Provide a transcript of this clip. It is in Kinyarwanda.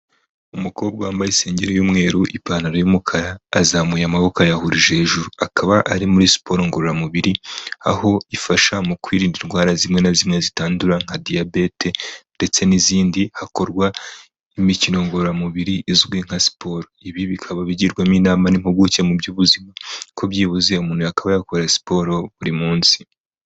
Umukobwa wambaye isengerui y'umweru, ipantaro y'umukara azamuye amaboko ayahurije hejuru, akaba ari muri siporo ngororamubiri aho ifasha mu kwirinda indwara zimwe na zimwe zitandura nka Diabete ndetse n'izindi, hakorwa imikino ngororamubiri izwi nka siporo, ibi bikaba bigirwamo inama n'impuguke mu by'ubuzima ko byibuze umuntu yakabaye akora siporo buri munsi.